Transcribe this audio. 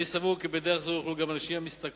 אני סבור כי בדרך זו יוכלו גם נשים המשתכרות